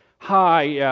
hi, yeah